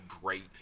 great